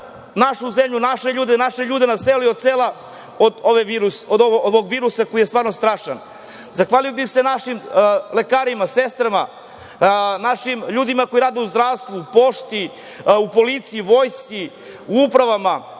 našu zemlju, naše ljude na selu i od sela od ovog virus koji je stvarno strašan. Zahvalio bih se našim lekarima, sestrama, našim ljudima koji rade u zdravstvu, pošti, u policiji, vojsci, u upravama.